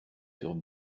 furent